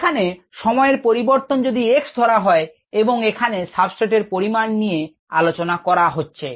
এখানে সময়ের পরিবর্তন যদি X ধরা হয় এবং এখানে সাবস্ট্রেট এর পরিমাণ নিয়ে আলোচনা করা হচ্ছে